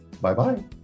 bye-bye